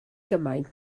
gymaint